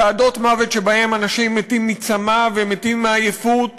צעדות מוות שבהן אנשים מתים מצמא ומתים מעייפות